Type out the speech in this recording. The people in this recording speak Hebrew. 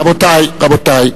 רבותי,